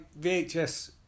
VHS